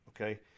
okay